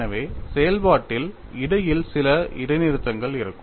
எனவே செயல்பாட்டில் இடையில் சில இடைநிறுத்தங்கள் இருக்கும்